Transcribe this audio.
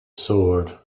sword